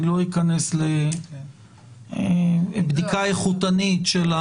אני לא אכנס לבדיקה איכותנית.